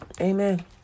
Amen